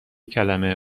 کلمه